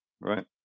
right